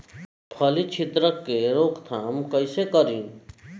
फली छिद्रक के रोकथाम कईसे करी?